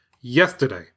Yesterday